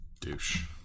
Douche